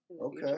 Okay